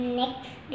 next